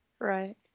Right